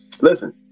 Listen